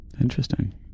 Interesting